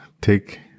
take